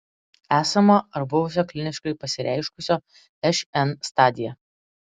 esamo ar buvusio kliniškai pasireiškusio šn stadija